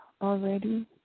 already